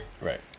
Right